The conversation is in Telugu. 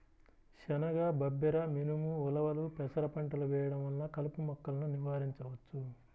శనగ, బబ్బెర, మినుము, ఉలవలు, పెసర పంటలు వేయడం వలన కలుపు మొక్కలను నివారించవచ్చు